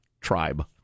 Tribe